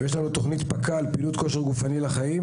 ויש לנו תכנית "פכ"ל" פעילות כושר גופני לחיים